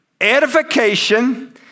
edification